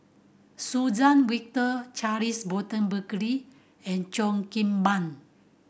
Suzann Victor Charles Burton Buckley and Cheo Kim Ban